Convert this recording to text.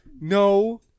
no